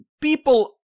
people